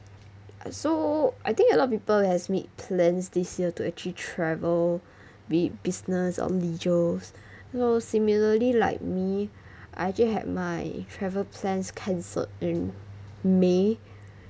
so I think a lot of people has made plans this year to actually travel be it business or leisure oh similarly like me I actually had my travel plans cancelled in may